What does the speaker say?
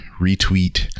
retweet